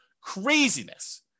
Craziness